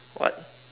what